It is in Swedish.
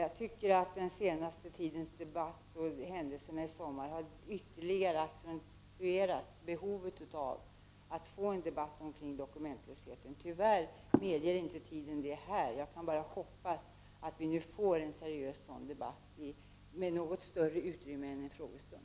Jag anser att den senaste tidens debatt och händelserna i sommar ytterligare har accentuerat behovet av att få en debatt om dokumentlösheten. Tyvärr medger inte tiden här i dag en sådan debatt. Jag kan bara hoppas att vi får en seriös debatt framöver med ett något större utrymme än i en frågestund.